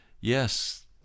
Yes